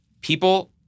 people